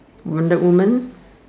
wonder woman